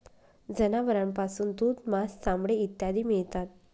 जनावरांपासून दूध, मांस, चामडे इत्यादी मिळतात